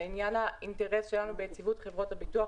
לעניין האינטרס שלנו ביציבות חברות הביטוח.